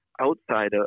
outside